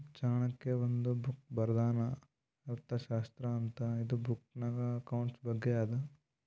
ಚಾಣಕ್ಯ ಒಂದ್ ಬುಕ್ ಬರ್ದಾನ್ ಅರ್ಥಶಾಸ್ತ್ರ ಅಂತ್ ಇದು ಬುಕ್ನಾಗ್ ಅಕೌಂಟ್ಸ್ ಬಗ್ಗೆ ಅದಾ